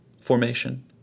formation